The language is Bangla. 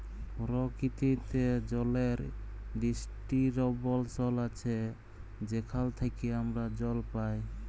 পরকিতিতে জলের ডিস্টিরিবশল আছে যেখাল থ্যাইকে আমরা জল পাই